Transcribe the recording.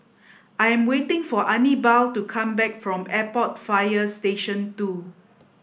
I am waiting for Anibal to come back from Airport Fire Station Two